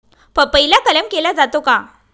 पपईला कलम केला जातो का?